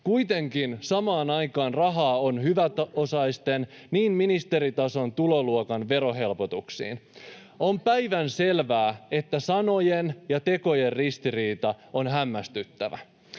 Kuitenkin samaan aikaan rahaa on hyväosaisten, ministeritason tuloluokan, verohelpotuksiin. On päivänselvää, että sanojen ja tekojen ristiriita on hämmästyttävä.